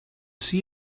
sea